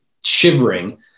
shivering